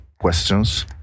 questions